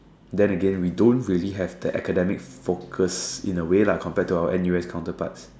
then again we don't really have the academic focus in a way lah compared to our N_U_S counterparts